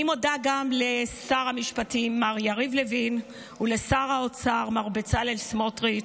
אני מודה גם לשר המשפטים מר יריב לוין ולשר האוצר מר בצלאל סמוטריץ'